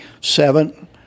seven